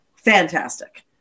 fantastic